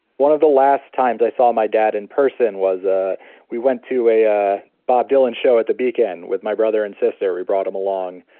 one of the last times i saw my dad in person was, ah we went to a ah bob dylan show at the beacon with my brother and sister, we brought him along.